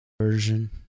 version